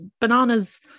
bananas –